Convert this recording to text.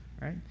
right